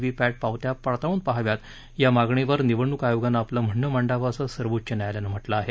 V पॅट पावत्या पडताळून पाहाव्यात या मागणीवर निवडणूक आयोगानं आपलं म्हणणं मांडावं असं सर्वोच्च न्यायालयानं म्हटलं आहे